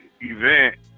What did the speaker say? event